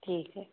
ठीक आहे